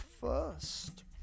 first